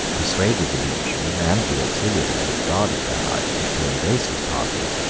persuaded the legion, and the auxiliaries which guarded that island, to embrace his party,